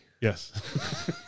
Yes